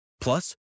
Plus